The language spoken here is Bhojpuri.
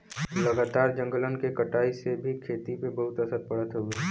लगातार जंगलन के कटाई से भी खेती पे असर पड़त हउवे